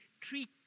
treat